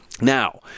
Now